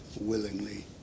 willingly